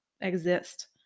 exist